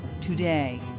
today